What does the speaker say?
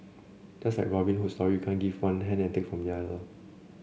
just like Robin Hood story can't give one hand and take from the other